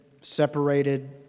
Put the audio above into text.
separated